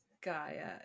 Gaia